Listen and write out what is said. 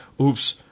Oops